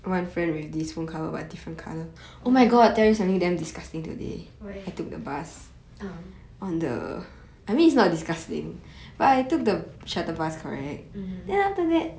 orh why ah